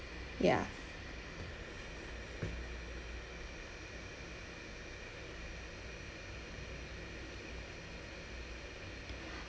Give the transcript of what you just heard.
ya